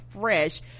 fresh